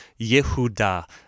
Yehuda